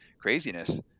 craziness